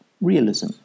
realism